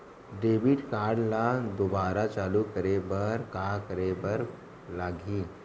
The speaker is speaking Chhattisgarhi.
डेबिट कारड ला दोबारा चालू करे बर का करे बर लागही?